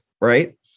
Right